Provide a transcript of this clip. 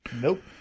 Nope